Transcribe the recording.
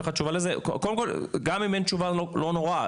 קודם כל גם אם אין תשובה לא נורא,